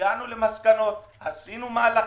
הגענו למסקנות, עשינו מהלכים?